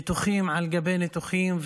ניתוחים על גבי ניתוחים,